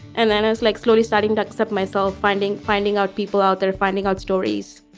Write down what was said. and then as like slowly starting to accept myself finding finding out people out there finding out stories